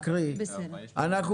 יש לנו